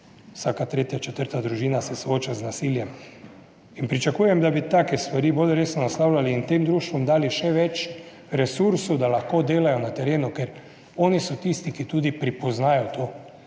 Vsaka tretja, četrta družina se sooča z nasiljem in pričakujem, da bi take stvari bolj resno naslavljali in tem društvom dali še več resursov, da lahko delajo na terenu, ker oni so tisti, ki tudi prepoznajo to.